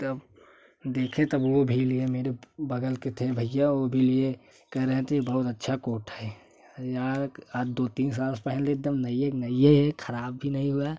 तब देखें तो वो भी लिए मेरे बगल के थे भइया वो भी लिए कह रहे थे बहुत अच्छा कोट है लाक आ दो तीन साल पहले एकदम नइए नइए खराब भी नहीं हुआ